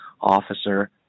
officer